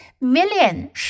Million